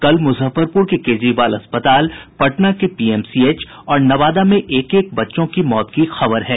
कल मुजफ्फरपुर के केजरीवाल अस्पताल पटना के पीएमसीएच और नवादा में एक एक बच्चे की मौत की खबर है